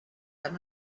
that